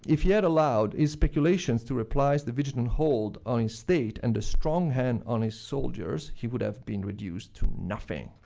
if he had allowed his speculations to reprise the vigilant hold on his state and a strong hand on his soldiers, he would have been reduced to nothing.